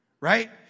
right